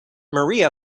maria